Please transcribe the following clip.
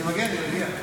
אני מגיע.